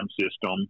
system